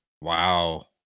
Wow